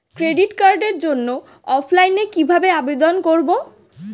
Credit কার্ডের জন্য অফলাইনে কিভাবে আবেদন করব?